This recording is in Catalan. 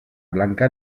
blanca